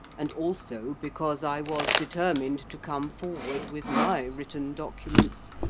and also because i was determined to come forward with my written documents,